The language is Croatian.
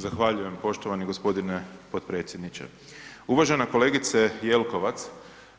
Zahvaljujem poštovani gospodine potpredsjedniče, uvažena kolegice Jelkovac,